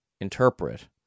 interpret